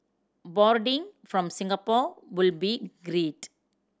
boarding from Singapore would be great